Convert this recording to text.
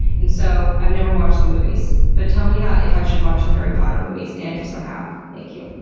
and so i've never watched the movies. but tell me ah if i should watch the harry potter movies and if so, how? thank you.